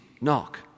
knock